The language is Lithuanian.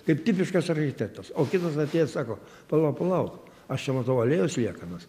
kaip tipiškas architektas o kitas atėjęs sako palauk palauk aš čia matau alėjos liekanas